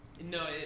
No